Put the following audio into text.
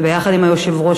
ויחד עם היושב-ראש,